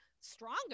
stronger